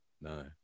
No